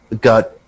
got